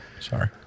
Sorry